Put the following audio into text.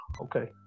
okay